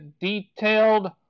detailed